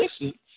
listen